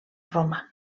romà